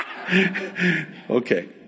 Okay